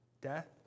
death